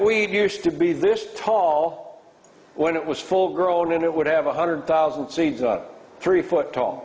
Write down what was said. we used to be this tall when it was full grown and it would have a hundred thousand seeds on a three foot tall